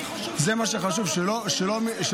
אני חושב שבאהבה, ננצח.